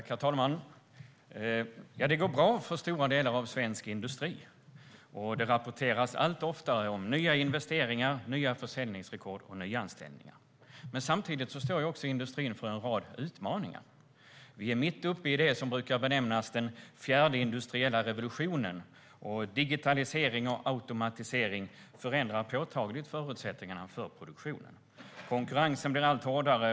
Herr talman! Det går bra för stora delar av svensk industri. Det rapporteras allt oftare om nya investeringar, nya försäljningsrekord och nyanställningar. Samtidigt står industrin inför en rad utmaningar. Vi är mitt uppe i det som brukar benämnas den fjärde industriella revolutionen, och digitalisering och automatisering förändrar påtagligt förutsättningarna för produktionen. Konkurrensen blir allt hårdare.